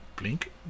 Blink